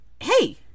Hey